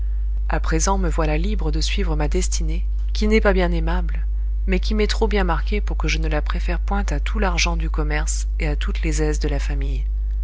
à présent me voilà libre de suivre ma destinée qui n'est pas bien aimable mais qui m'est trop bien marquée pour que je ne la préfère point à tout l'argent du commerce et à toutes les aises de la famille